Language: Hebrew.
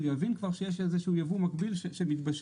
יודעים כבר שיש איזשהו ייבוא מקביל שמתבשל,